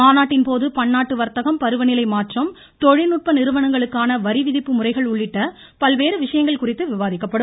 மாநாட்டின்போது பன்னாட்டு வர்த்தகம் பருவநிலை மாற்றம் தொழில்நுட்ப நிறுவனங்களுக்கான வரிவிதிப்பு முறைகள் உள்ளிட்ட பல்வேறு விஷயங்கள் குறித்து விவாதிக்கப்படும்